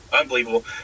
unbelievable